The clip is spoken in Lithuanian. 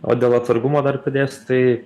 o dėl atsargumo dar pridėsiu tai